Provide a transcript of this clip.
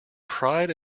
pride